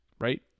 right